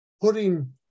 putting